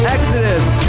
Exodus